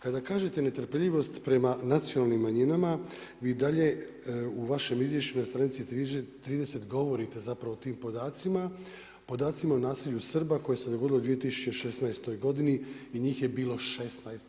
Kada kažete netrpeljivost prema nacionalnim manjinama vi i dalje u vašem izvješću na stranici 30. govorite zapravo o tim podacima, podacima o nasilju Srba koje se dogodilo u 2016. godini i njih je bilo 16.